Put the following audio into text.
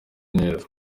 neza